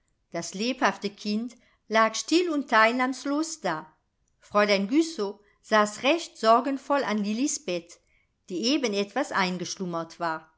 das lebhafte kind lag still und teilnahmlos da fräulein güssow saß recht sorgenvoll an lillis bett die eben etwas eingeschlummert war